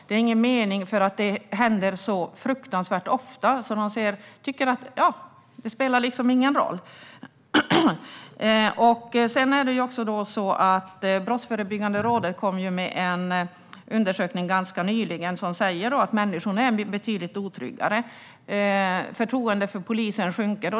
Det är ingen mening, för det händer så fruktansvärt ofta att det liksom inte spelar någon roll. Brottsförebyggande rådet kom ganska nyligen med en undersökning som säger att människor är betydligt otryggare och att förtroendet för polisen sjunker.